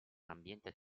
ambiente